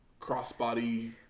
crossbody